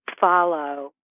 follow